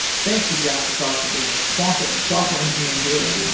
thanks to jaspersoft for being a sponsor of software engineering daily